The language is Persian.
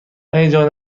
هیجان